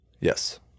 yes